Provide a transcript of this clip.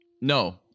No